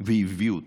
והביאו אותם.